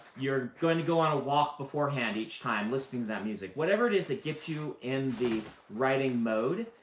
you're going to go on a walk beforehand each time, listening to that music. whatever it is that gets you in the writing mode,